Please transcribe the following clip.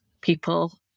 people